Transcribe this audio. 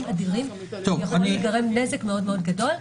אדירים יכול להיגרם נזק מאוד מאוד גדול.